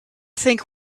think